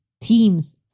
teams